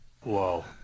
Whoa